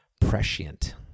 prescient